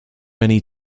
many